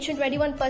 21%